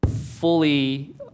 fully